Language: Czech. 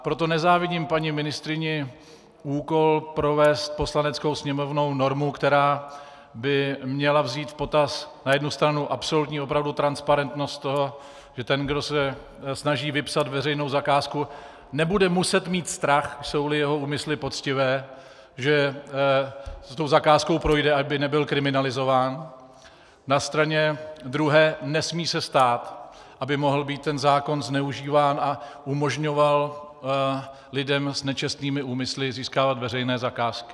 Proto nezávidím paní ministryni úkol provést Poslaneckou sněmovnou normu, která by měla vzít v potaz na jednu stranu absolutní opravdu transparentnost toho, že ten, kdo se snaží vypsat veřejnou zakázku, nebude muset mít strach, jsouli jeho úmysly poctivé, že s tou zakázkou projde, aby nebyl kriminalizován, na straně druhé se nesmí stát, aby mohl být ten zákon zneužíván a umožňoval lidem se nečestnými úmysly získávat veřejné zakázky.